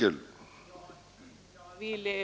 ; hemskt bränsle